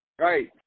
Right